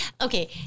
Okay